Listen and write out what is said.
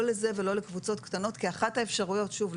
לא לזה ולא לקבוצות קטנות כי אחת האפשרויות שוב,